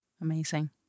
Amazing